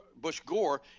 Bush-Gore